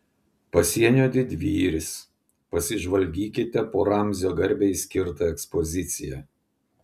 pasienio didvyris pasižvalgykite po ramzio garbei skirtą ekspoziciją